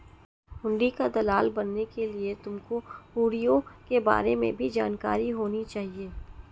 हुंडी का दलाल बनने के लिए तुमको हुँड़ियों के बारे में भी जानकारी होनी चाहिए